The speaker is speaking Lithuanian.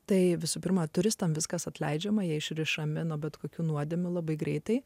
tai visų pirma turistams viskas atleidžiama jie išrišami nuo bet kokių nuodėmių labai greitai